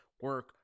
Work